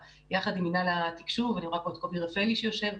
יחד עם מינהל התקשוב - אני רואה פה את קובי רפאלי שיושב,